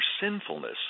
sinfulness